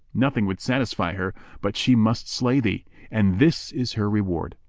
nothing would satisfy her but she must slay thee and this is her reward.